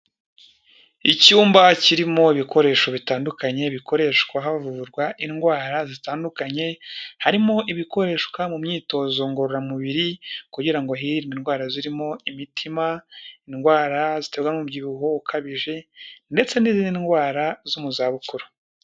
Icyumba kirimo ibikoresho bitandukanye bikoreshwa havurwa indwara zitandukanye, harimo ibikoreshwa mu myitozo ngororamubiri kugira ngo hirindwe indwara zirimo imitima, indwara ziterwa n'umubyibuho ukabije ndetse n'izindi ndwara zo mu zabukuru.